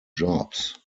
jobs